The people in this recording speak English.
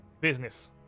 Business